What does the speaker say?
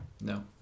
no